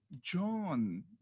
John